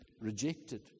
rejected